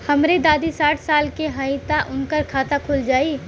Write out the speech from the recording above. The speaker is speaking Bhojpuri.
हमरे दादी साढ़ साल क हइ त उनकर खाता खुल जाई?